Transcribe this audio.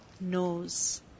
knows